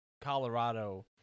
Colorado